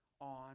on